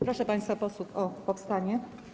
Proszę państwa posłów o powstanie.